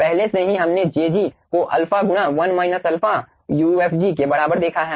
पहले से ही हमने jfg को α 1 α ufg के बराबर देखा है